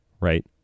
right